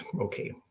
Okay